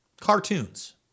Cartoons